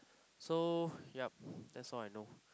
so yup that's all I know